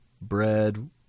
Bread